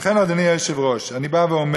לכן, אדוני היושב-ראש, אני בא ואומר,